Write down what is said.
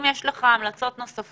אם יש לך המלצות נוספות,